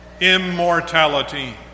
immortality